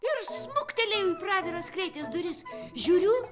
ir smuktelėjau į praviras klėties duris žiūriu